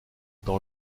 dans